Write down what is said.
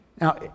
Now